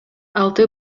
алты